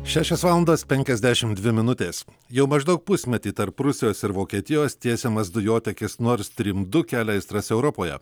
šešios valandas penkiasdešimt dvi minutės jau maždaug pusmetį tarp rusijos ir vokietijos tiesiamas dujotiekis nor strim du kelia aistras europoje